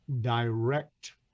direct